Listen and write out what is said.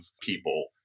people